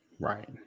Right